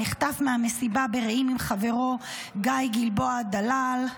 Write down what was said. נחטף מהמסיבה ברעים עם חברו גיא גלבוע דלאל,